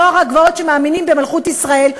נוער הגבעות שמאמינים במלכות ישראל,